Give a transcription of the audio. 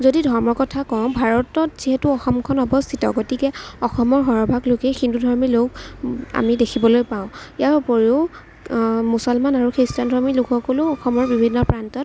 যদি ধৰ্মৰ কথা কওঁ ভাৰতত যিহেতু অসমখন অৱস্থিত গতিকে অসমৰ সৰহভাগ লোকেই হিন্দুধৰ্মী লোক আমি দেখিবলৈ পাওঁ ইয়াৰ উপৰিও মুছলমান আৰু খ্ৰীষ্টানধৰ্মী লোকসকলো অসমৰ বিভিন্ন প্ৰান্তত